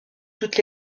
toutes